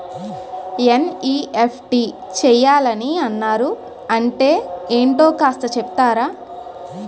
NEFT చేయాలని అన్నారు అంటే ఏంటో కాస్త చెపుతారా?